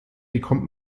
bekommt